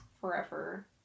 forever